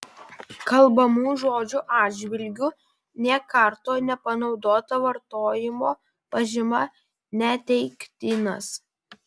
kalbamų žodžių atžvilgiu nė karto nepanaudota vartojimo pažyma neteiktinas